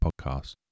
podcast